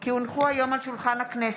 כי הונחו היום על שולחן הכנסת,